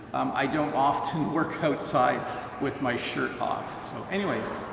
i don't often work outside with my shirt off. so anyways,